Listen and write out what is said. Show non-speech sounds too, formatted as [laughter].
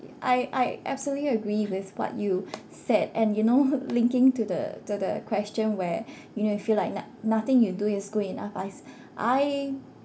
I I absolutely agree with what you said and you know [laughs] linking to the to the question where you know you feel like no~ nothing you do is good enough I I